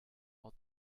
all